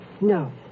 No